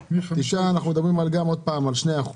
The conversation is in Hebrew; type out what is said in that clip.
פה אין כמעט שוני,